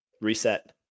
Reset